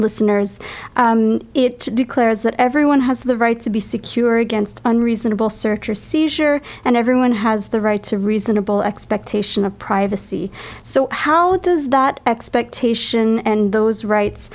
listeners it to declare that everyone has the right to be secure against unreasonable search or seizure and everyone has the right to a reasonable expectation of privacy so how does that expectation and those rights